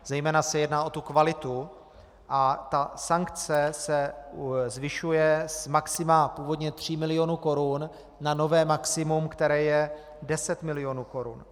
Zejména se jedná o tu kvalitu a ta sankce se zvyšuje z maxima původně tří milionů korun na nové maximum, které je deset milionů korun.